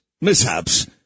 mishaps